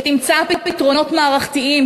שתמצא פתרונות מערכתיים,